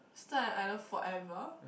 stuck on an island forever